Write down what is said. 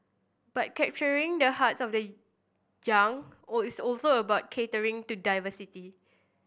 but capturing the hearts of the young all is also about catering to diversity